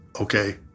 okay